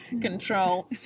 control